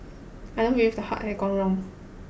I don't believe the heart had gone wrong